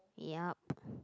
yup